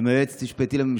עם היועצת המשפטית לממשלה?